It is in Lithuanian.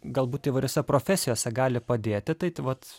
galbūt įvairiose profesijose gali padėti tai vat